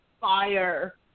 fire